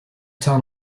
town